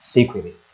Secretly